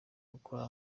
gukora